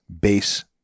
base